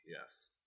Yes